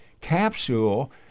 capsule